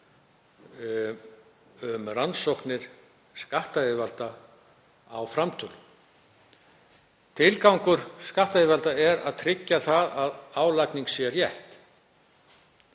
á rannsóknir skattyfirvalda á framtölum. Tilgangur skattyfirvalda er að tryggja að álagning sé rétt.